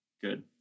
Good